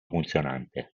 funzionante